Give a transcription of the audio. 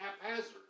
haphazard